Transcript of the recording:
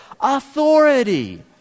authority